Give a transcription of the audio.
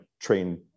train